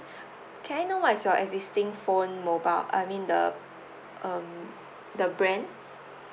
can I know what is your existing phone mobile I mean the um the brand